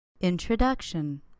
Introduction